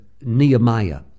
Nehemiah